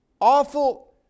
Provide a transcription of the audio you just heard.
awful